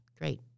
great